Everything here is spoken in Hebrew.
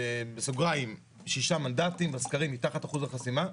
בסוגריים שישה מנדטים, בסקרים מתחת אחוז החסימה,